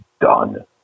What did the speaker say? done